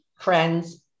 friends